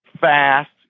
fast